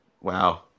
Wow